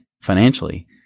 financially